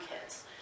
kids